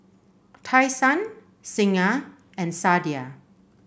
Tai Sun Singha and Sadia